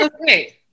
okay